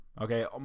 okay